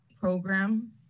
Program